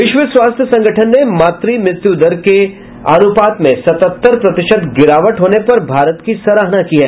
विश्व स्वास्थ्य संगठन ने मात्र मृत्यु दर के अनुपात में सतहत्तर प्रतिशत गिरावट होने पर भारत की सराहना की है